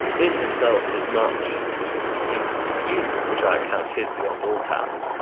in himself, tis much in you, which i account his, beyond all talents.